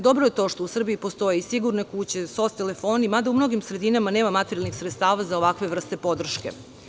Dobro je to što u Srbiji postoje sigurne kuće, SOS telefoni, mada u mnogim sredinama nema materijalnih sredstava za ovakvu vrstu podrške.